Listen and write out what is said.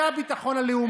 זה הביטחון הלאומי.